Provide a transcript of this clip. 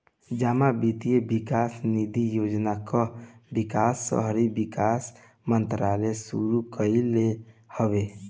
जमा वित्त विकास निधि योजना कअ विकास शहरी विकास मंत्रालय शुरू कईले हवे